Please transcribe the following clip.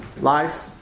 life